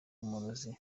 umurozi